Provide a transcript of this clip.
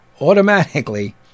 Automatically